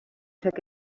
took